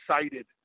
excited